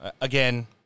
Again